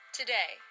today